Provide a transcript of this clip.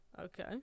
Okay